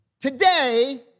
today